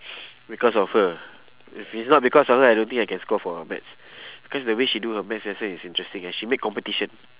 because of her if it's not because of her I don't think I can score for my maths cause the way she do her maths lesson is interesting eh she make competition